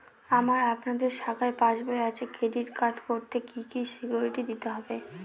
আমার আপনাদের শাখায় পাসবই আছে ক্রেডিট কার্ড করতে কি কি সিকিউরিটি দিতে হবে?